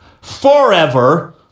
forever